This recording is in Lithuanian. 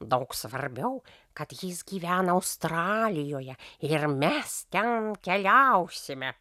daug svarbiau kad jis gyvena australijoje ir mes ten keliausime